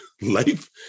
Life